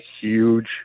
huge